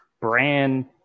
brand